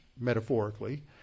metaphorically